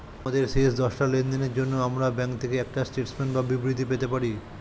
আমাদের শেষ দশটা লেনদেনের জন্য আমরা ব্যাংক থেকে একটা স্টেটমেন্ট বা বিবৃতি পেতে পারি